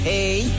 Hey